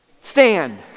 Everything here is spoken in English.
stand